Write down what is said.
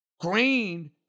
Green